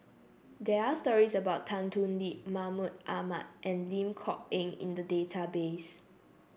there are stories about Tan Thoon Lip Mahmud Ahmad and Lim Kok Ann in the database